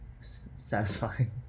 satisfying